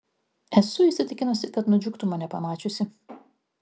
esu įsitikinusi kad nudžiugtų mane pamačiusi